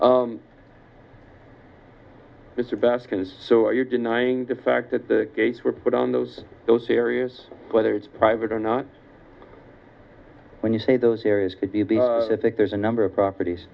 a basket is so you're denying the fact that the gates were put on those those areas whether it's private or not when you say those areas i think there's a number of properties